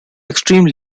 extreme